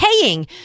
paying